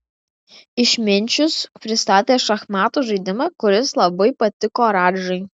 išminčius pristatė šachmatų žaidimą kuris labai patiko radžai